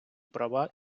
права